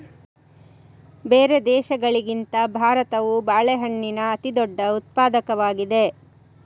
ಬೇರೆ ದೇಶಗಳಿಗಿಂತ ಭಾರತವು ಬಾಳೆಹಣ್ಣಿನ ಅತಿದೊಡ್ಡ ಉತ್ಪಾದಕವಾಗಿದೆ